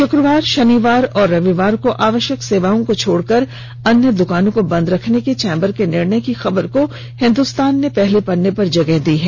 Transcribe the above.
शुक्रवार शनिवार और रविवार को आवश्यक सेवाओं को छोड़कर अन्य दुकानों को बंद रखने के चैंबर के निर्णय की खबर को हिदुस्तान ने पहले पन्ने पर प्रमुखता से जगह दी है